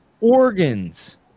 organs